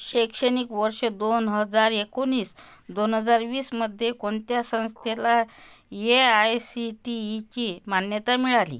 शैक्षणिक वर्ष दोन हजार एकोणीस दोन हजार वीसमध्ये कोणत्या संस्थेला ए आय सी टी ईची मान्यता मिळाली